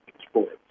sports